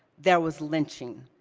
there was lynching.